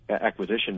acquisition